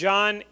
John